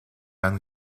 han